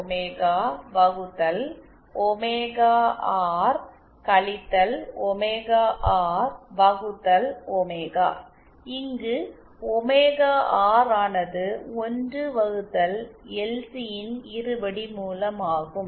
omega வகுத்தல் omega R - omega R வகுத்தல் omega இங்கு ஒமேகா ஆர் ஆனது 1 வகுத்தல் எல்சி ன் இருபடி மூலம் ஆகும்